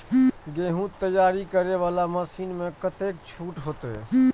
गेहूं तैयारी करे वाला मशीन में कतेक छूट होते?